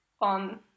on